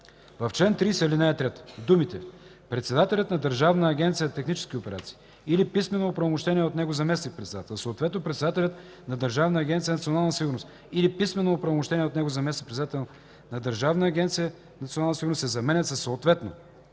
В чл. 30, ал. 3 думите „председателят на Държавна агенция „Технически операции” или писмено оправомощеният от него заместник-председател, съответно председателят на Държавна агенция „Национална сигурност” или писмено оправомощеният от него заместник-председател на Държавна агенция „Национална сигурност” се заменят със „съответно